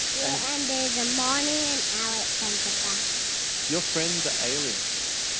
yeah, and there's a marni and alex and sebastian. your friends are aliens?